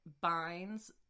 binds